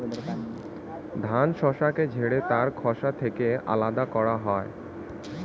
ধান শস্যকে ঝেড়ে তার খোসা থেকে আলাদা করা হয়